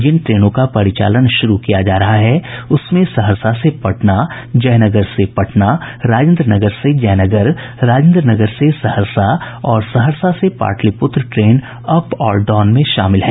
जिन ट्रेनों का परिचालन शुरू किया जा रहा है उसमें सहरसा से पटना जयनगर से पटना राजेन्द्रनगर से जयनगर राजेन्द्रनगर से सहरसा और सहरसा से पाटलिपुत्र ट्रेन अप और डाउन में शामिल हैं